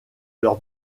leur